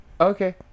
Okay